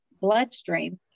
bloodstream